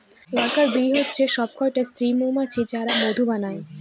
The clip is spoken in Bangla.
ওয়ার্কার বী হচ্ছে সবকটা স্ত্রী মৌমাছি যারা মধু বানায়